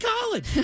College